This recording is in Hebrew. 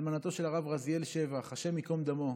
אלמנתו של הרב רזיאל שבח, השם ייקום דמו,